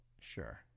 Sure